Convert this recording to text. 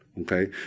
okay